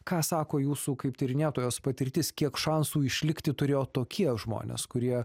ką sako jūsų kaip tyrinėtojos patirtis kiek šansų išlikti turėjo tokie žmonės kurie